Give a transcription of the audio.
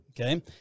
okay